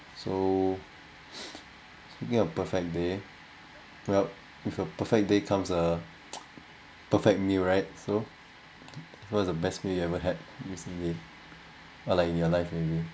so speaking of perfect day well with a perfect day comes a perfect meal right so what's the best meal you ever had recently or like in your life maybe